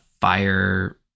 fire